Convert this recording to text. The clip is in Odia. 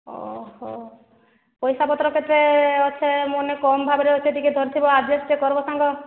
ପଇସା ପତ୍ର କେତେ ଅଛେ ମାନେ କମ୍ ଭାବରେ ଅଛେ ଟିକିଏ ଧରିଥିବ ଟିକିଏ ଆଡ଼ଜଷ୍ଟ କର୍ବୋ ସାଙ୍ଗ